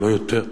ולא יותר.